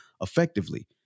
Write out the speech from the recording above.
effectively